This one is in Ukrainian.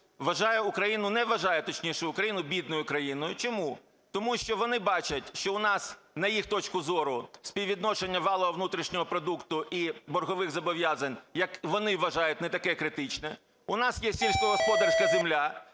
вважає Україну… не вважає, точніше, Україну бідною країною. Чому? Тому що вони бачать, що у нас, на їх точку зору, співвідношення валового внутрішнього продукту і боргових зобов'язань, як вони вважають, не таке критичне. У нас є сільськогосподарська земля